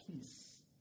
peace